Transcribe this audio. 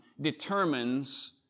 determines